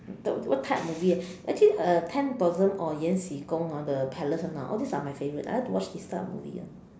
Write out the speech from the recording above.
t~ what type of movie actually eh actually uh ten blossom or 延禧攻 hor the palace one ah all these are my favourite I like to watch these type of movie [one]